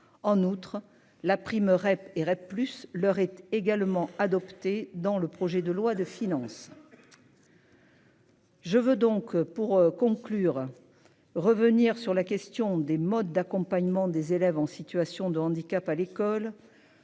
En outre, la prime Rep et Rep plus leur est également adoptée dans le projet de loi de finances.-- Je veux donc pour conclure. Revenir sur la question des modes d'accompagnement des élèves en situation de handicap à l'école.